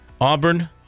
Auburn